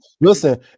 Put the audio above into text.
listen